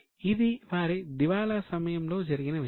ఇది వారి దివాళా సమయంలో జరిగిన విషయం